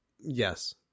Yes